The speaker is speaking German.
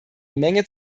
menge